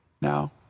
Now